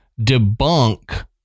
debunk